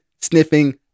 sniffing